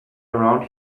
around